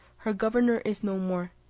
her governor is no more,